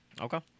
Okay